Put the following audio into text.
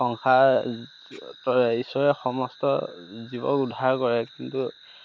সংসাৰ ঈশ্বৰে সমস্ত জীৱক উদ্ধাৰ কৰে কিন্তু